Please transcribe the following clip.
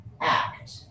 act